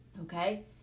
Okay